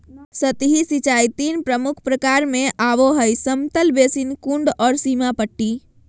सतही सिंचाई तीन प्रमुख प्रकार में आबो हइ समतल बेसिन, कुंड और सीमा पट्टी